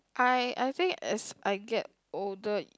I I think it's I get older